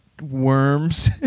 worms